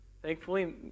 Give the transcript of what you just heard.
Thankfully